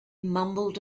mumbled